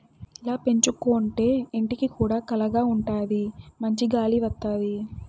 ఇలా పెంచుకోంటే ఇంటికి కూడా కళగా ఉంటాది మంచి గాలి వత్తది